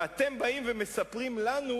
ואתם באים ומספרים לנו,